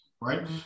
right